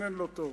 תכנן לא טוב,